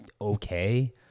okay